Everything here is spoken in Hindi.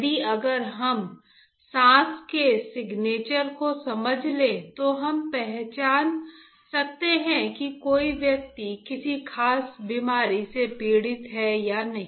यानी अगर हम सांस के सिग्नेचर को समझ लें तो हम पहचान सकते हैं कि कोई व्यक्ति किसी खास बीमारी से पीड़ित है या नहीं